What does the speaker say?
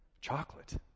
chocolate